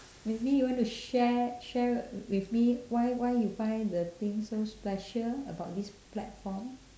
maybe you want to share share w~ with me why why you find the thing so special about this platform